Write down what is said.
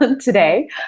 today